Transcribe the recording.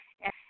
yes